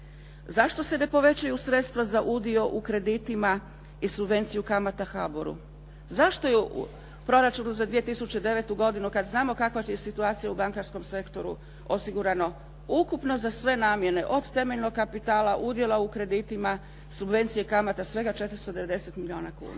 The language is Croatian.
Zašto se ne povećaju sredstva za udio u kreditima i subvenciju kamata HBORU-u? Zašto je u proračunu za 2009. godinu, kad znamo kakva je situacija u bankarskom sektoru, osigurano ukupno za sve namjene, od temeljnog kapitala, udjela u kreditima, subvencije kamata, svega 490 milijuna kuna.